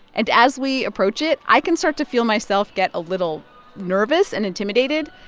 and as we approach it, i can start to feel myself get a little nervous and intimidated.